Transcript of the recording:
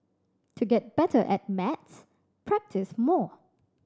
to get better at maths practise more